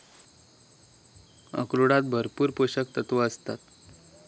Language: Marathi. अक्रोडांत भरपूर पोशक तत्वा आसतत